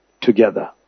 together